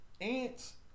ants